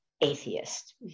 atheist